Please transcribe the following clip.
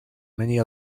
many